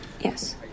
Yes